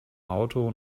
auto